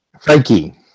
Frankie